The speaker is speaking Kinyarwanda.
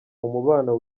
umubano